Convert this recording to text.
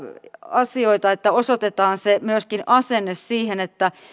asioita että osoitetaan myöskin se asenne että